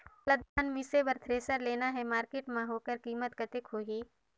मोला धान मिसे बर थ्रेसर लेना हे मार्केट मां होकर कीमत कतेक होही?